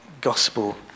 gospel